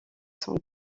son